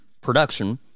production